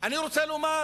אני רוצה לומר